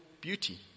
beauty